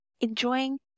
enjoying